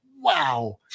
wow